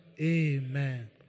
Amen